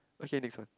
okay next one